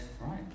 Right